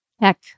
Heck